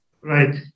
Right